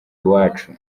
iwacu